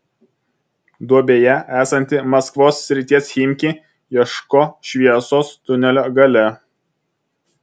duobėje esanti maskvos srities chimki ieško šviesos tunelio gale